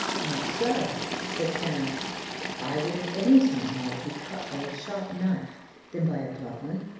not so, said clarence i would at any time rather be cut by a sharp knife than by a blunt one.